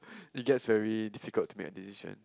it gets very difficult to make a decision